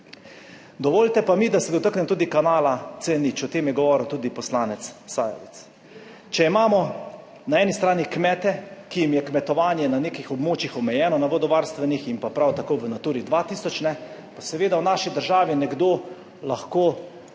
Dovolite pa mi, da se dotaknem tudi Kanala C0. O tem je govoril tudi poslanec Sajovic. Če imamo na eni strani kmete, ki jim je kmetovanje na nekih območjih omejeno, na vodovarstvenih in pa prav tako v Naturi 2000, pa seveda v naši državi nekdo lahko